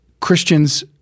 Christians